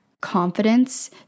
confidence